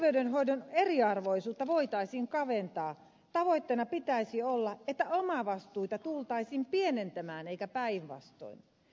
jos terveydenhoidon eriarvoisuutta voitaisiin kaventaa tavoitteena pitäisi olla että omavastuita tultaisiin pienentämään eikä päinvastoin